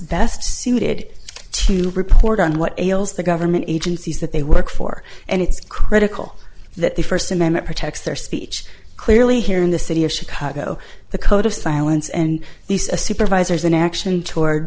best suited to report on what ails the government agencies that they work for and it's critical that the first amendment protects their speech clearly here in the city of chicago the code of silence and these a supervisor's inaction toward